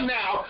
now